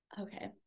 Okay